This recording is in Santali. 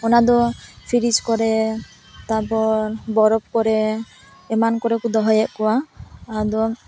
ᱚᱱᱟ ᱫᱚ ᱯᱷᱤᱨᱤᱡ ᱠᱚᱨᱮ ᱛᱟᱯᱚᱨ ᱵᱚᱨᱚᱯ ᱠᱚᱨᱮ ᱮᱢᱟᱱ ᱠᱚᱨᱮ ᱠᱚ ᱫᱚᱦᱚᱭᱮᱫ ᱠᱚᱣᱟ ᱟᱫᱚ